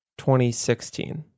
2016